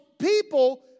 People